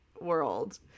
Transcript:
world